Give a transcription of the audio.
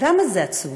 ולמה זה עצוב,